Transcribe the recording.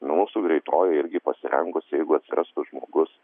mūsų greitoji irgi pasirengusi jeigu atsirastų žmogus